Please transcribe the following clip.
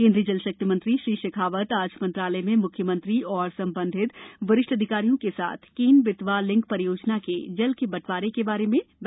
केंद्रीय जल शक्ति मंत्री श्री शेखावत आज मंत्रालय में मुख्यमंत्री एवं सभी संबंधित वरिष्ठ अधिकारियों के साथ केन बेतवा लिंक परियोजना के जल के बंटवारे के संबंध में बैठक कर रहे थे